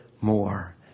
more